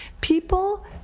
People